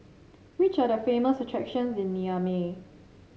which are the famous attractions in Niamey